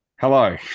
Hello